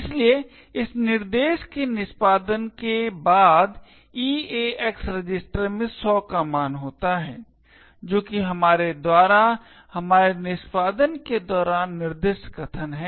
इसलिए इस निर्देश के निष्पादन के बाद EAX रजिस्टर में 100 का मान होता है जो कि हमारे द्वारा हमारे निष्पादन के दौरान निर्दिष्ट कथन है